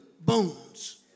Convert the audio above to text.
bones